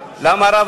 למה הרב הדנה?